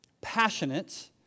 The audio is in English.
passionate